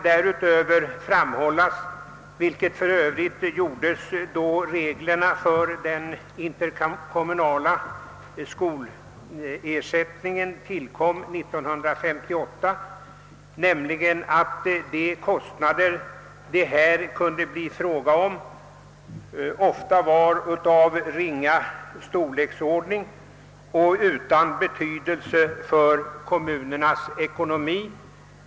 Därutöver kan framhållas, vilket för övrigt gjordes då reglerna för den interkommunala skolersättningen tillkom 1958, att de kostnader det här kunde bli fråga om ofta är av ringa storlek och saknar betydelse för kommunernas ekonomi.